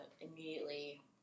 immediately